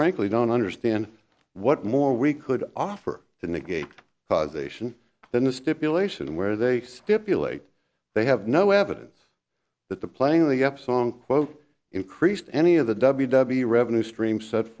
frankly don't understand what more we could offer to negate causation than the stipulation where they stipulate they have no evidence that the playing of the up song quote increased any of the w w revenue streams set